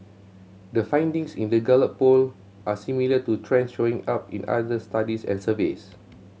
the findings in the Gallup Poll are similar to trends showing up in other studies and surveys